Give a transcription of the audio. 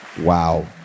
wow